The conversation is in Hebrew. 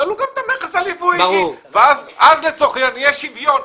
אלא תעלו גם את המכס על יבוא אישי ואז יהיה שוויון.